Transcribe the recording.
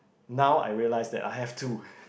now I realised that I have too